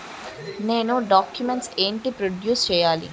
నేను డాక్యుమెంట్స్ ఏంటి ప్రొడ్యూస్ చెయ్యాలి?